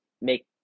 make